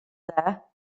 there